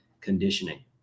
conditioning